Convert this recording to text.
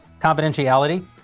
confidentiality